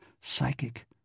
Psychic